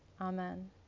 Amen